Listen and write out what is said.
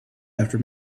after